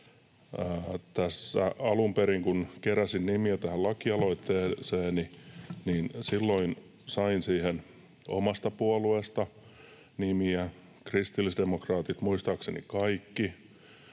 Alun perin, kun keräsin nimiä tähän lakialoitteeseeni, sain siihen nimiä omasta puolueestani, kristillisdemokraatit muistaakseni kaikki,